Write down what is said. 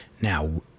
Now